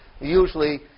Usually